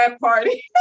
party